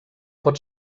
pot